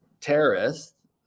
terrorists